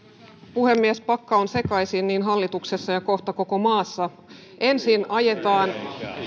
puhemies pakka on sekaisin hallituksessa ja kohta koko maassa ensin ajetaan